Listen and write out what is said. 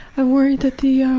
ah worry that the ah,